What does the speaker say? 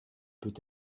peut